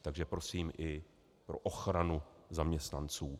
Takže prosím i pro ochranu zaměstnanců.